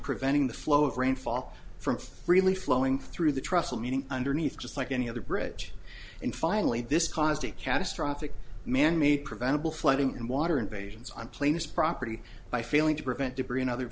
preventing the flow of rainfall from freely flowing through the trussell meeting underneath just like any other bridge and finally this caused a catastrophic manmade preventable flooding and water invasions on planes property by failing to prevent debris and other